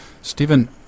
Stephen